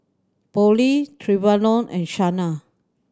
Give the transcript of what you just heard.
Polly Trevon and Shanna